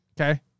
Okay